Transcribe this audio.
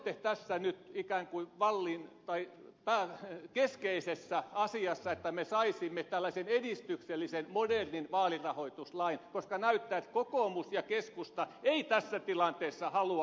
te olette tässä nyt ikään kuin keskeisessä asemassa että me saisimme tällaisen edistyksellisen modernin vaalirahoituslain koska näyttää siltä että kokoomus ja keskusta eivät tässä tilanteessa halua kattoa